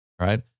right